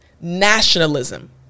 nationalism